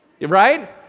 right